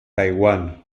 taiwán